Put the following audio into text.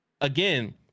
again